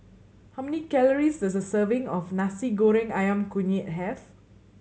how many calories does a serving of Nasi Goreng Ayam Kunyit have